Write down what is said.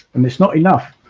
and small enough